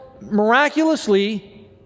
miraculously